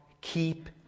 keep